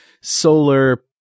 solar